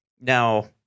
Now